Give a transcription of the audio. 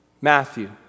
Matthew